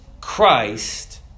Christ